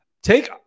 Take